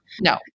No